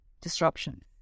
disruption